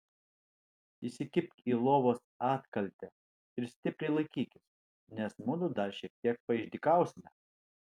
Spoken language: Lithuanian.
įsikibk į lovos atkaltę ir stipriai laikykis nes mudu dar šiek tiek paišdykausime